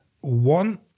One